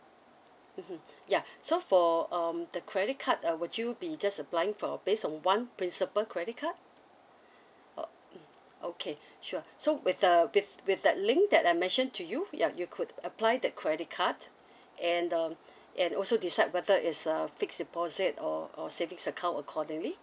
mmhmm ya so for um the credit card uh would you be just applying for based on one principal credit card oh mm okay sure so with the with with that link that I mentioned to you ya you could apply that credit card and um and also decide whether is a fixed deposit or or savings account accordingly